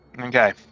Okay